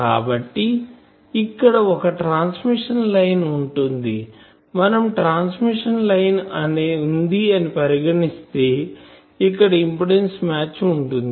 కాబట్టి ఇక్కడ ఒక ట్రాన్స్మిషన్ లైన్ ఉంటుందిమనం ట్రాన్స్మిషన్ లైన్ వుంది అని పరిగణిస్తే ఇక్కడ ఇంపిడెన్సు మ్యాచ్ ఉంటుంది